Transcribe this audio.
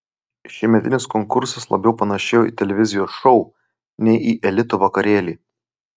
šiemetinis konkursas labiau panašėjo į televizijos šou nei į elito vakarėlį